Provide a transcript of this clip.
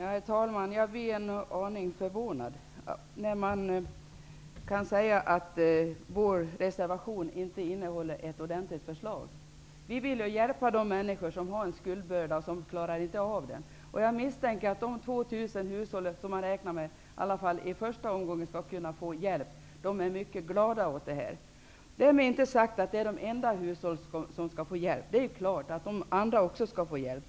Herr talman! Jag blev en aning förvånad när jag fick höra att man säger att vår reservation inte innehåller ett ordentligt förslag. Vi vill hjälpa de människor som har en skuldbörda som de inte klarar av. Jag misstänker att de 2 000 hushåll som man i första omgången räknar med skall få hjälp är mycket glada. Därmed inte sagt att de är de enda hushåll som skall få hjälp. Det är klart att de andra hushållen också skall få hjälp.